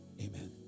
Amen